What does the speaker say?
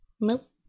Nope